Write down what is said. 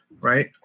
right